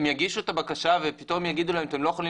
הם יגישו את הבקשה ופתאום יגידו להם שהם לא יכולים